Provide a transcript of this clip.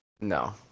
no